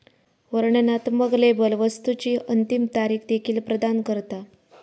वर्णनात्मक लेबल वस्तुची अंतिम तारीख देखील प्रदान करता